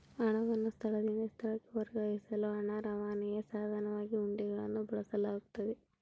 ಹಣವನ್ನು ಸ್ಥಳದಿಂದ ಸ್ಥಳಕ್ಕೆ ವರ್ಗಾಯಿಸಲು ಹಣ ರವಾನೆಯ ಸಾಧನವಾಗಿ ಹುಂಡಿಗಳನ್ನು ಬಳಸಲಾಗ್ತತೆ